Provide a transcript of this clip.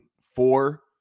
four